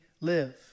live